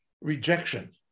Rejection